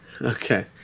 Okay